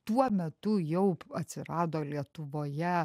tuo metu jaup atsirado lietuvoje